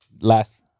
Last